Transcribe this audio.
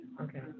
Okay